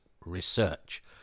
research